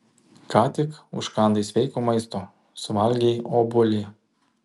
ką tik užkandai sveiko maisto suvalgei obuolį